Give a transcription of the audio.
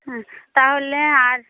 হ্যাঁ তাহলে আর